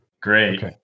Great